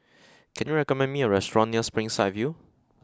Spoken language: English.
can you recommend me a restaurant near Springside View